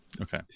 Okay